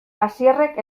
asierrek